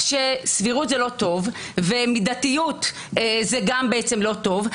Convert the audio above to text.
שסבירות זה לא טוב ומידתיות זה גם בעצם לא טוב,